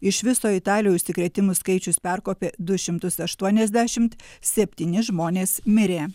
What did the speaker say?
iš viso italijoj užsikrėtimų skaičius perkopė du šimtus aštuoniasdešimt septyni žmonės mirė